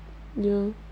ya